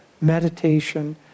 meditation